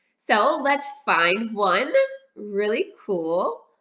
so let's find one really cool,